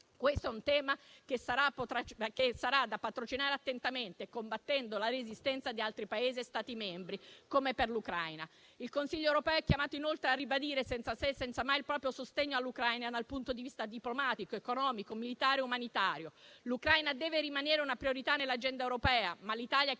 Questo è un tema che sarà da patrocinare attentamente, combattendo la resistenza di altri Paesi e Stati membri, come per l'Ucraina. Il Consiglio europeo è chiamato inoltre a ribadire, senza se e senza ma, il proprio sostegno all'Ucraina dal punto di vista diplomatico, economico, militare e umanitario. L'Ucraina deve rimanere una priorità nell'agenda europea. Ma l'Italia è